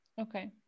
okay